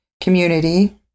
community